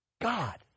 God